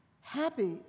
Happy